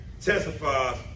testifies